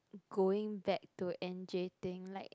going back to N_J thing like